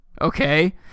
okay